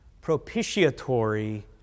propitiatory